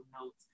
notes